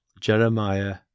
Jeremiah